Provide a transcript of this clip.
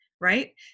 right